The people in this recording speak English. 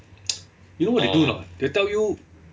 you know what I do or not they'll tell you